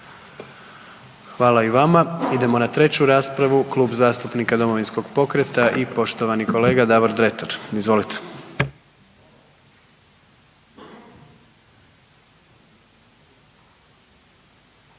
Hvala i vama. Idemo na treću raspravu, Klub zastupnika Domovinskog pokreta i poštovani kolega Davor Dretar. Izvolite.